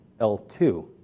L2